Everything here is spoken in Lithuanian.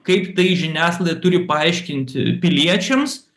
kaip tai žiniasklaida turi paaiškinti piliečiams